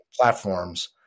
platforms